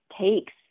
takes